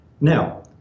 Now